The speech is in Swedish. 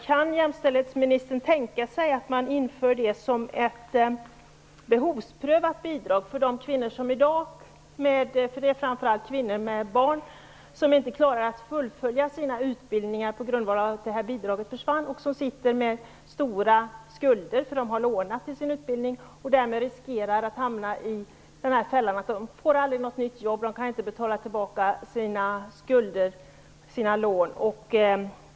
Kan jämställdhetsministern tänka sig att man inför det som ett behovsprövat bidrag för de kvinnor med barn som i dag inte klarar av att fullfölja sina studier på grund av att bidraget försvann och som sitter med stora skulder? De har lånat till sin utbildning och riskerar därmed att hamna i fällan att de aldrig får något nytt jobb, de kan inte betala tillbaka sina lån.